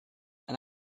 and